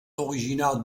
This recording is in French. originaires